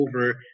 over